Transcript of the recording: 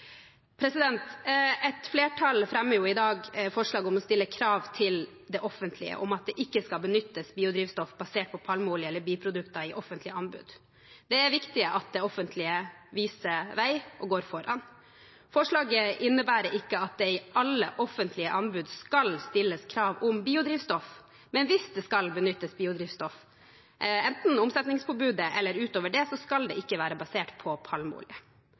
Et flertall fremmer i dag forslag om å stille krav til det offentlige om at det ikke skal benyttes biodrivstoff basert på palmeolje eller biprodukter i offentlige anbud. Det er viktig at det offentlige viser vei og går foran. Forslaget innebærer ikke at det i alle offentlige anbud skal stilles krav om biodrivstoff, men hvis det skal benyttes biodrivstoff, enten omsetningspåbudet eller utover det, skal det ikke være basert på palmeolje.